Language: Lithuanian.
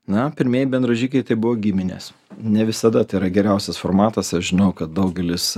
na pirmieji bendražygiai tai buvo giminės ne visada tai yra geriausias formatas aš žinau kad daugelis